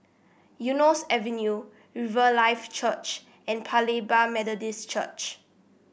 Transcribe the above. Eunos Avenue Riverlife Church and Paya Lebar Methodist Church